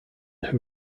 who